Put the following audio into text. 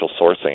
sourcing